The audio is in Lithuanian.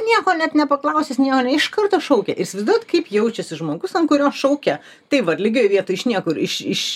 nieko net nepaklausęs neiko ir iš karto šaukia ir įsivaizduojat kaip jaučiasi žmogus ant kurio šaukia tai vat lygioje vietoj iš niekur iš iš